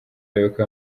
abayoboke